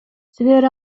силер